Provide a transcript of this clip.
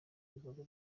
ibikorwa